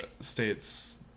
states